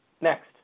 Next